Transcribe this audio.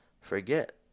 forget